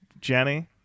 Jenny